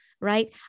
right